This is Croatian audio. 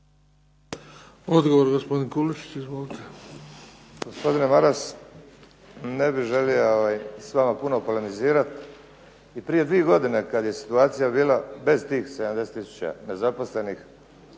Odgovor gospodin Kulušić. Izvolite. **Kulušić, Ante (HDZ)** Gospodine Maras ne bih želio s vama puno polemizirati i prije dvije godine kada je situacija bila bez tih 70 tisuća nezaposlenih